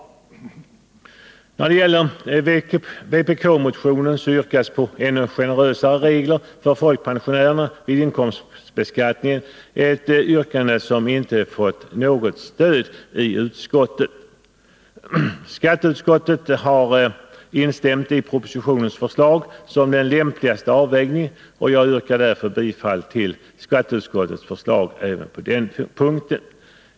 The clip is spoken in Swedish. I vpk-motion 1559 yrkas på ännu generösare regler för folkpensionärer vid inkomstbeskattning. Det är ett yrkande som inte fått något stöd i utskottet. Skatteutskottet har instämt i propositionens förslag som den lämpligaste avvägningen, och jag yrkar därför bifall till skatteutskottets hemställan även på denna punkt.